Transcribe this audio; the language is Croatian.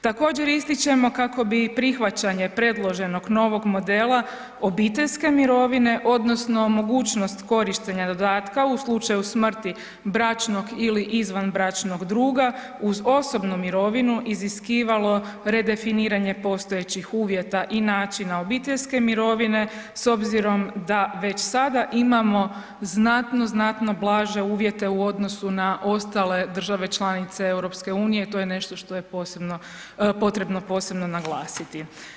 Također ističemo kako bi prihvaćanje predloženog novog modela obiteljske mirovine odnosno mogućnost korištenja dodatka u slučaju smrti bračnog ili izvanbračnog druga uz osobnu mirovinu iziskivalo redefiniranje postojećih uvjeta i načina obiteljske mirovine s obzirom da već sada imamo znatno, znatno blaže uvjete u odnosu na ostale države članice EU, to je nešto što je potrebno posebno naglasiti.